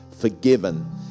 Forgiven